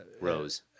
Rose